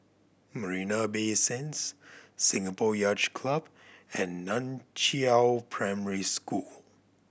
Marina Bay Sands Singapore Yacht Club and Nan Chiau Primary School